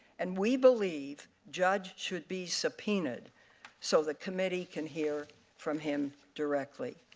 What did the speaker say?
and we believe judge should be subpoenaed so the committee can hear from him directly.